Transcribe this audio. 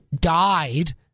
died